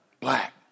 Black